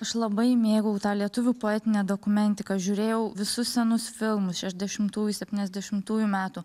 aš labai mėgau tą lietuvių poetinę dokumentiką žiūrėjau visus senus filmus šešiasdešimtųjų septyniasdešimtųjų metų